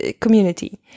community